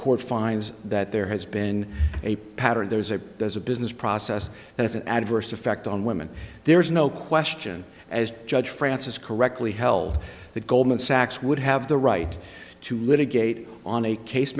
court finds that there has been a pattern there's a there's a business process has an adverse effect on women there is no question as judge francis correctly held that goldman sachs would have the right to litigate on a case